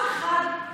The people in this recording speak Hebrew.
ותבדקו היסטורית,